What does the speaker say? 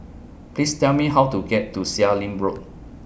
Please Tell Me How to get to Seah Im Road